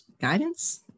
guidance